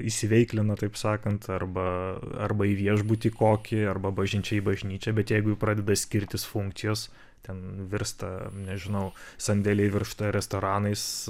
įsiveiklina taip sakant arba arba į viešbutį kokį arba bažnyčia į bažnyčią bet jeigu pradeda skirtis funkcijos ten virsta nežinau sandėliai virsta restoranais